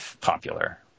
popular